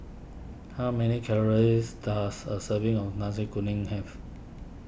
how many calories does a serving of Nasi Kuning have